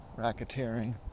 racketeering